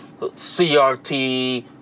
CRT